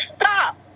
Stop